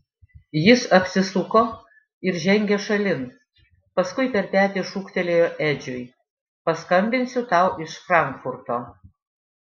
jis apsisuko ir žengė šalin paskui per petį šūktelėjo edžiui paskambinsiu tau iš frankfurto